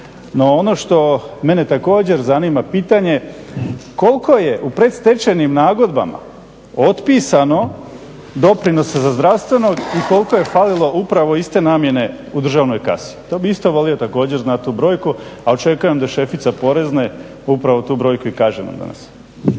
No, ono što mene također zanima, pitanje je koliko je u predstečajnim nagodbama otpisano doprinosa za zdravstveno i koliko je falilo upravo iz te namjene u državnoj kasi? To bih isto volio također znati tu brojku. A očekujem da šefica Porezne upravo tu brojku i kaže nam danas.